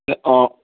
অঁ